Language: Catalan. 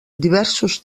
diversos